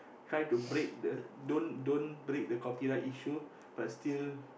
try to break the don't don't break the copyright issue but still